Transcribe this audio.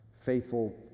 faithful